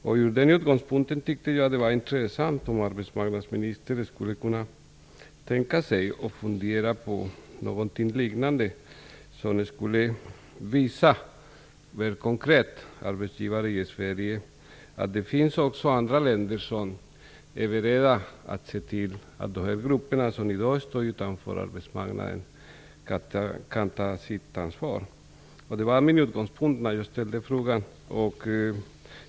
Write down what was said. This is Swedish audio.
Från den utgångspunkten tyckte jag att det var intressant att höra om arbetsmarknadsministern skulle kunna tänka sig att fundera på någonting liknande. Det skulle visa arbetsgivare i Sverige mer konkret att det också finns andra länder som är beredda att se till att de grupper som i dag står utanför arbetsmarknaden kan ta sitt ansvar. Det var min utgångspunkt när jag ställde frågan.